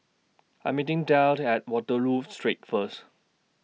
I Am meeting Delle At Waterloo Street First